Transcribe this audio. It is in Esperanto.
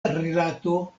rilato